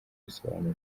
bisobanura